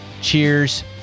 Cheers